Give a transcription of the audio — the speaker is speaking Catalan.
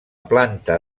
planta